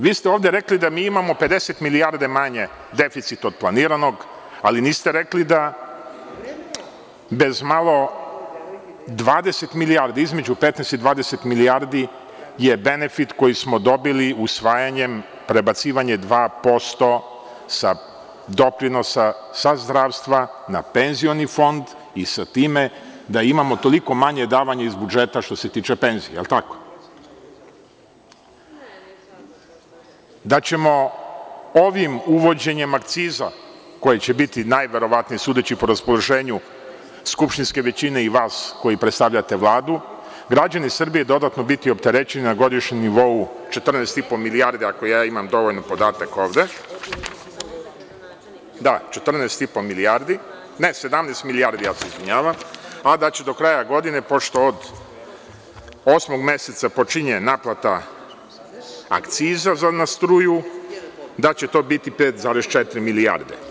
Ovde ste rekli da mi imao 50 milijardi manji deficit od planiranog, ali niste rekli da je između 15 i 20 milijardi benefit koji smo dobili usvajanjem prebacivanje 2% doprinosa sa zdravstva na Penzioni fond i sa time da imamo toliko manje davanja iz budžeta što se tiče penzija, jel tako, da ćemo ovim uvođenjem akciza, koje će biti najverovatnije, sudeći po raspoloženju skupštinske većine i vas koji predstavljate Vladu, građani Srbije dodatno biti opterećeni na godišnjem nivou 14, 5 milijardi, ako ja imam dobar podatak ovde, ne, 17 milijardi, izvinjavam se, a da će do kraja godine, pošto od avgusta meseca počinje naplata akciza na struju, da će to biti 5,4 milijarde.